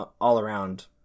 all-around